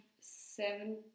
seven